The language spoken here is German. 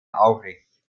aurich